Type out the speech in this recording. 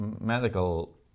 medical